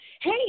hey